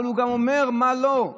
אבל הוא גם אומר מה לא,